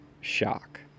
Shock